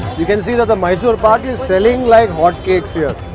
you can see that the mysore pak is selling like hot cakes here.